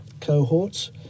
cohorts